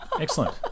Excellent